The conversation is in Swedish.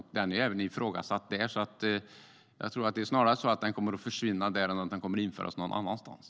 Även där är den ifrågasatt, och det är mer troligt att den kommer att försvinna där än att den införs någon annanstans.